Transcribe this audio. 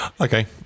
Okay